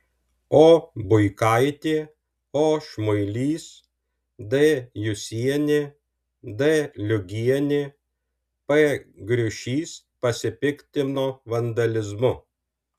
o buikaitė o šmuilys d jusienė d liugienė p griušys pasipiktino vandalizmu